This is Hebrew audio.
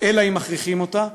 אלא אם כן מכריחים אותה,